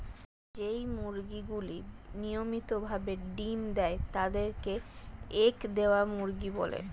যেই মুরগিগুলি নিয়মিত ভাবে ডিম্ দেয় তাদের কে এগ দেওয়া মুরগি বলে